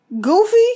goofy